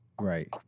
Right